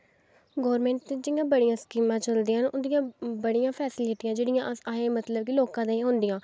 government दी जियां बड़ियां स्कीमां चलदियां न उंदियां बड़ियां फैस्लिटियां जेह्ड़ियां असें मतलव लोकां दे होंदियां